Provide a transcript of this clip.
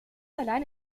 alleine